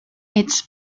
its